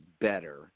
better